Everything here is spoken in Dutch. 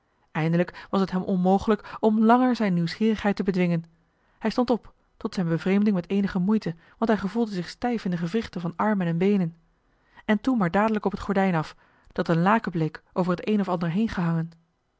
eindelijk was t hem onmogelijk om langer zijn nieuwsgierigheid te bedwingen hij stond op tot zijn bevreemding met eenige moeite want hij gevoelde zich stijf in de gewrichten van armen en beenen en toen maar dadelijk op het gordijn af dat een laken bleek over het een of ander heen gehangen